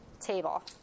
table